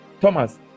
Thomas